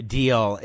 deal